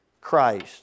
Christ